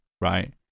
right